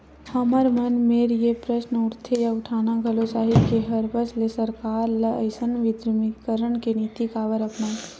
हमर मन मेर ये प्रस्न उठथे या उठाना घलो चाही के हबरस ले सरकार ह अइसन विमुद्रीकरन के नीति काबर अपनाइस?